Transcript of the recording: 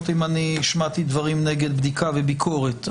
אם אני השמעתי דברים נגד בדיקה וביקורת.